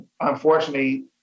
unfortunately